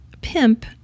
pimp